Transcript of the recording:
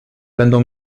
będą